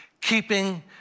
keeping